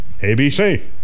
ABC